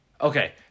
Okay